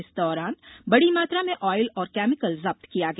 इस दौरान बड़ी मात्रा में आईल और केमिकल जब्त किया गया